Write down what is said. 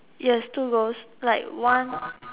yes two ghost like one